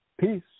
Peace